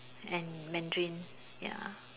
and Mandarin ya